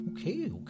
Okay